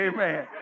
Amen